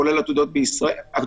כולל עתודות לישראל,